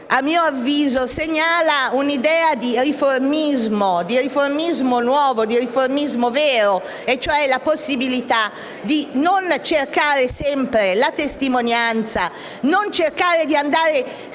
a mio avviso segnala un'idea di riformismo nuovo, di riformismo vero, circa la possibilità di non cercare sempre la testimonianza, di non cercare di andare sempre